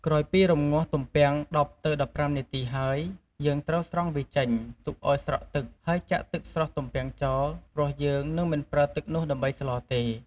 ក្រោយពីរំំងាស់ទំពាំង ១០ទៅ១៥នាទីហើយ យើងត្រូវស្រង់វាចេញ ទុកឱ្យស្រក់ទឹក ហើយចាក់ទឹកស្រុះទំពាំងចោល ព្រោះយើងនឹងមិនប្រើទឹកនោះដើម្បីស្លទេ។